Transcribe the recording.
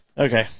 Okay